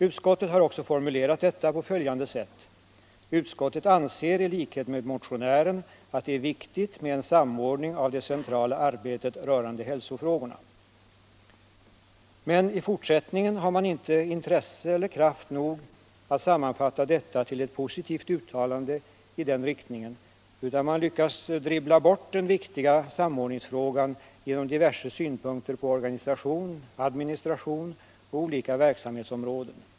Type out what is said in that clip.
Utskottet har också formulerat detta på följande sätt: ”Utskottet anser i likhet med motionären att det är viktigt med en samordning av det centrala arbetet rörande hälsofrågorna.” Men i fortsättningen har man inte intresse eller kraft nog att sammanfatta detta till ett positivt uttalande i den riktningen, utan man lyckas dribbla bort den viktiga samordningsfrågan genom diverse synpunkter på organisation, administration och olika verksamhetsområden.